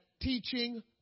teaching